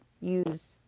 use